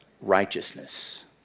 righteousness